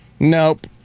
nope